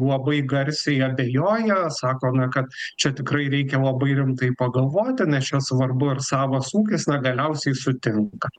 labai garsiai abejoja sako na kad čia tikrai reikia labai rimtai pagalvoti nes čia svarbu ar savas ūkis na galiausiai sutinka